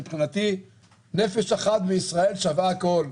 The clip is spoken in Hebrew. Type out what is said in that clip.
מבחינתי, נפש אחת בישראל שווה הכול.